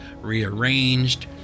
rearranged